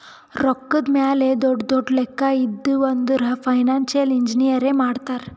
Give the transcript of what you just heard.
ರೊಕ್ಕಾದ್ ಮ್ಯಾಲ ದೊಡ್ಡು ದೊಡ್ಡು ಲೆಕ್ಕಾ ಇದ್ದಿವ್ ಅಂದುರ್ ಫೈನಾನ್ಸಿಯಲ್ ಇಂಜಿನಿಯರೇ ಮಾಡ್ತಾರ್